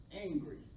angry